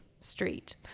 street